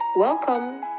Welcome